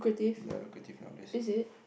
they're lucrative nowadays